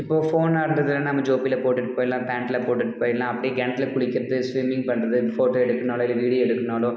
இப்போது ஃபோனாக இருந்ததுன்னால் நம்ம ஜோப்பியில் போட்டுட்டு போயிடலாம் பேண்ட்டில் போட்டுட்டு போயிடலாம் அப்படியே கிணத்துல குளிக்கிறது ஸ்விம்மிங் பண்ணுறது ஃபோட்டோ எடுக்கணுன்னாலோ இல்லை வீடியோ எடுக்கணுன்னாலோ